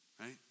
right